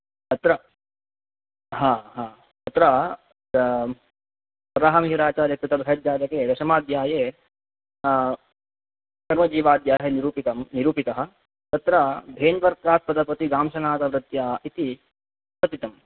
अत्र हा हा अत्र वराहमिहिराचार्यकृतबृहज्जातके दशमाध्याये कर्माजीवाध्यायः निरूपितं निरूपितः तत्र धेन्वर्गात् पदपतिगांसनादवृत्त्या इति कथितम्